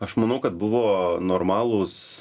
aš manau kad buvo normalūs